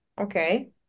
Okay